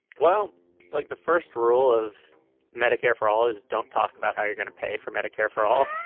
well like the first rule of medicare for all is don't talk about how you're gonna pay for medicare for all